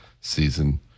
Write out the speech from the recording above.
season